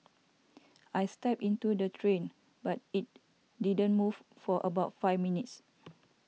I stepped into the train but it didn't move for about five minutes